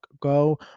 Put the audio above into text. Go